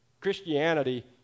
Christianity